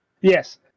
Yes